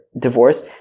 divorce